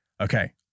okay